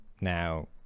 now